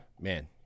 Man